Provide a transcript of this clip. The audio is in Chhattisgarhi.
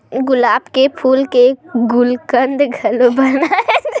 गुलाब के फूल के गुलकंद घलो बनाए जाथे जउन ह खाए म बिकट सुवाद वाला होथे